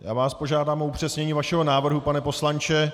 Já vás požádám o upřesnění vašeho návrhu, pane poslanče.